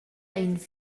ein